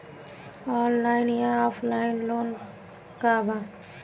Online या offline loan का बा?